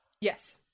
Yes